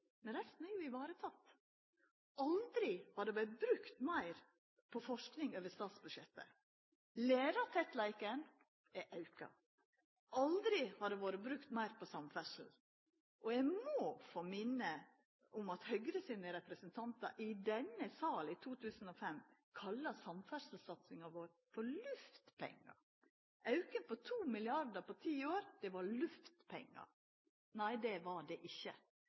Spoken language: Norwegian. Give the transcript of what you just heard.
Men resten er jo vareteke: Aldri har det vore brukt meir på forsking over statsbudsjettet. Lærartettleiken er auka. Aldri har det vore brukt meir på samferdsel. Eg må få minna om at Høgre sine representantar i denne sal i 2005 kalla samferdselssatsinga vår for «luftpenger» – auken på 2 mrd. kr per år i ti år var «luftpenger». Nei, det var det ikkje.